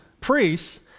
priests